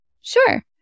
Sure